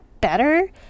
better